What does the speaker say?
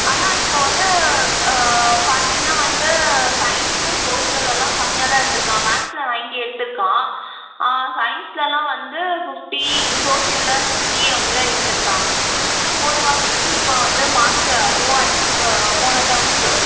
ஆனால் இப்போது வந்து பார்த்தீங்னா வந்து சைன்ஸ்ஸு சோஷியல்லெல்லாம் கம்மியாக தான் எடுத்துருக்கான் மேக்ஸில் நைன்ட்டி எடுத்துருக்கான் சைன்ஸ்லெல்லாம் வந்து ஃபிஃப்டி சோஷியலில் சிக்ஸ்ட்டி அப்படி தான் எடுத்துருக்கான் போன வாட்டிக்கு இப்போது வந்து மார்க்ஸு லோவாகிருக்கு போன டேம்க்கு